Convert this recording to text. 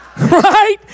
Right